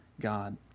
God